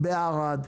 בערד,